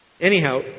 Anyhow